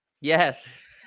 Yes